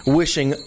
wishing